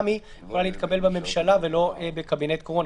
גם היא יכולה להתקבל בממשלה ולא בקבינט קורונה,